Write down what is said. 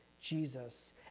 jesus